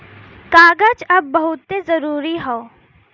कागज अब बहुते जरुरी हौ